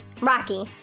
Rocky